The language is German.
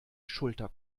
schulter